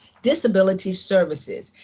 disability services.